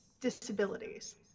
disabilities